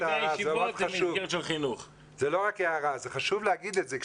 זה לא רק הערה, זה חשוב להגיד את זה.